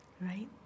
right